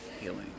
healing